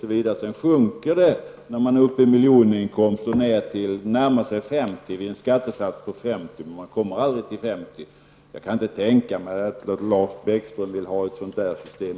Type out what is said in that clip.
blir det 66 % osv. och sedan sjunker det när man kommit upp i miljoninkomster ner till nära 50. Jag kan inte tänka mig att ens Lars Bäckström vill ha ett sådant system.